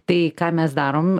tai ką mes darom